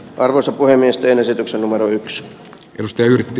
arvoisa puhemies teen esityksen numero yksi peruste yritti